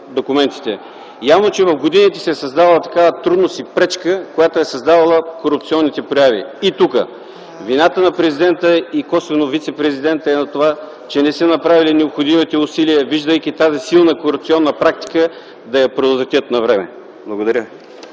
документите. Явно, че в годините е възникнала трудност - пречка, която е създавала корупционните прояви. И тук вината на президента и косвено на вицепрезидента е в това, че не са направили необходимите усилия, виждайки тази силна корупционна практика, да я предотвратят навреме. Благодаря.